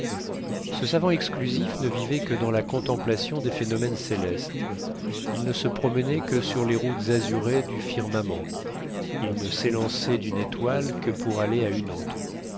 ce savant exclusif ne vivait que dans la contemplation des phénomènes célestes il ne se promenait que sur les routes azurées du firmament il ne s'élançait d'une étoile que pour aller à une autre